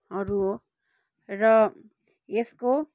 अरू हो र यसको